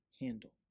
handle